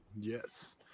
Yes